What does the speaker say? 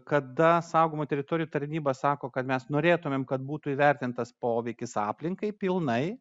kada saugomų teritorijų tarnyba sako kad mes norėtumėm kad būtų įvertintas poveikis aplinkai pilnai